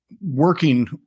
working